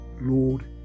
Lord